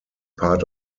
part